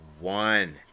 one